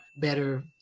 better